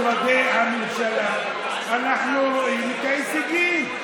בכל משרדי הממשלה אנחנו רואים את ההישגים.